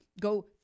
go